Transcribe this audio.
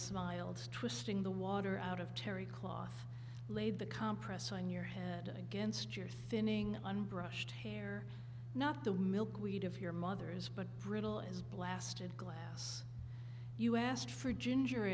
smiles twisting the water out of terry cloth laid the compress on your head against your thinning unbrushed hair not the milkweed of your mother's but brittle is blasted glass you asked for ginger